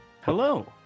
Hello